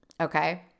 Okay